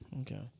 Okay